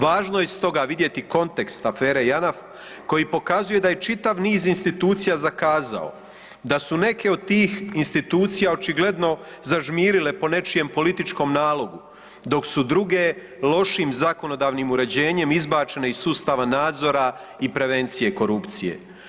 Važno je iz toga vidjeti kontekst afere Janaf koji pokazuje da je čitav niz institucija zakazao, da su neke od tih institucija očigledno zažmirile po nečijem političkom nalogu, dok su druge lošim zakonodavnim uređenjem izbačene iz sustava nadzora i prevencije korupcije.